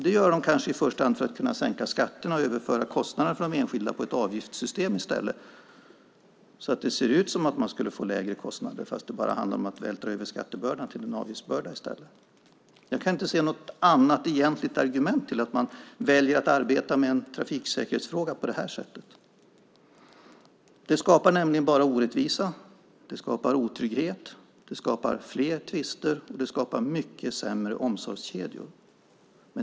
Det gör de kanske i första hand för att kunna sänka skatterna och överföra kostnader för de enskilda till ett avgiftssystem i stället, så att det ser ut som att man skulle få lägre kostnader, fast det bara handlar om att vältra över skattebördan till en avgiftsbörda i stället. Jag kan inte se något annat egentligt argument till att man väljer att arbeta med en trafiksäkerhetsfråga på det här sättet. Det skapar nämligen bara orättvisa, otrygghet, fler tvister och mycket sämre omsorgskedjor.